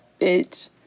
bitch